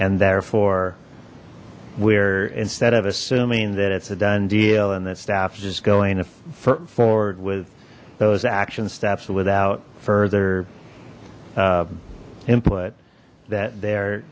and therefore we're instead of assuming that it's a done deal and the staff just going forward with those action steps without further input that they're